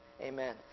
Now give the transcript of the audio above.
Amen